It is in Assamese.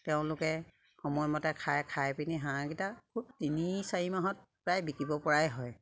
তেওঁলোকে সময়মতে খাই খাই পিনি হাঁহকেইটা খুব তিনি চাৰি মাহত প্ৰায় বিকিব পৰাই হয়